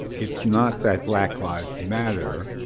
it's not that black lives matter,